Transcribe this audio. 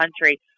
country